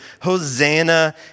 Hosanna